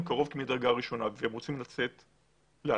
קרוב מדרגה ראשונה והם רוצים לצאת להלוויה.